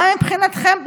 מה מבחינתכם,